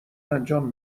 انجام